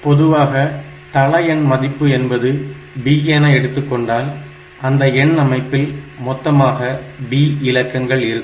பொதுவாக தள எண் மதிப்பு என்பது b என எடுத்துக் கொண்டால் அந்த எண் அமைப்பில் மொத்தமாக b இலக்கங்கள் இருக்கும்